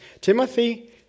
Timothy